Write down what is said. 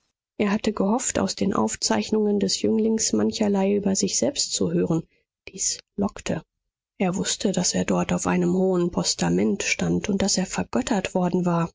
er hatte gehofft aus den aufzeichnungen des jünglings mancherlei über sich selbst zu hören dies lockte er wußte daß er dort auf einem hohen postament stand und daß er vergöttert worden war